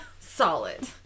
Solid